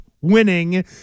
winning